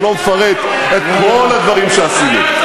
ולא מפרט את כל הדברים שעשינו,